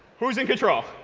who's in control?